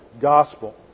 Gospel